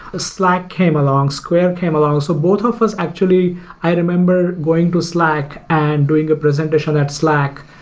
slack came along, square came along. so both of us actually i remember going to slack and doing a presentation at slack.